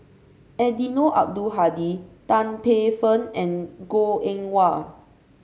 Eddino Abdul Hadi Tan Paey Fern and Goh Eng Wah